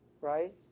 right